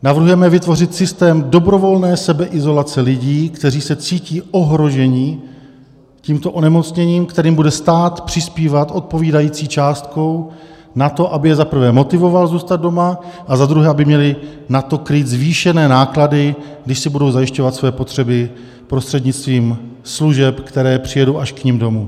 Navrhujeme vytvořit systém dobrovolné izolace lidí, kteří se cítí ohroženi tímto onemocněním, kterým bude stát přispívat odpovídající částkou na to, aby je za prvé motivoval zůstat doma a aby za druhé měli na to, krýt zvýšené náklady, když si budou zajišťovat své potřeby prostřednictvím služeb, které přijedou až k nim domů.